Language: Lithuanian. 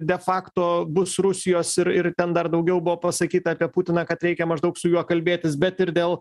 de fakto bus rusijos ir ir ten dar daugiau buvo pasakyta apie putiną kad reikia maždaug su juo kalbėtis bet ir dėl